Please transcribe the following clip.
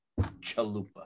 Chalupa